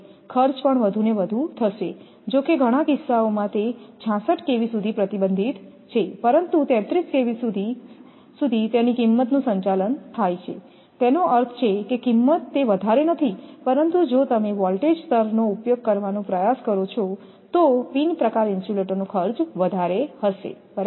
ખર્ચ પણ વધુ ને વધુ થશે જોકે ઘણા કિસ્સાઓમાં તે 66 kV સુધી પ્રતિબંધિત છે પરંતુ 33 kV સ્તર સુધી તેની કિંમતનું સંચાલન થાય છે તેનો અર્થ છે કે કિંમત તે વધારે નથી પરંતુ જો તમે વોલ્ટેજ સ્તરનો ઉપયોગ કરવાનો પ્રયાસ કરો છો તો પિન પ્રકાર ઇન્સ્યુલેટર નો ખર્ચ વધારે હશે બરાબર